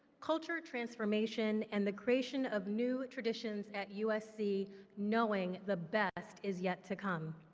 culture transformation and the creation of new traditions at usc knowing the best is yet to come.